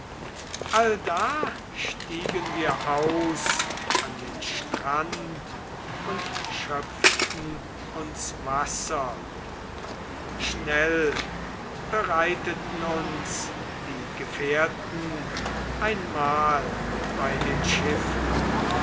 allda stiegen wir aus an den strand und schöpften uns wasser schnell bereiteten uns die gefährten ein mahl bei den schiffen